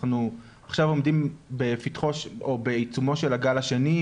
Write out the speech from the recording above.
אנחנו עכשיו עומדים בעיצומו של הגל השני,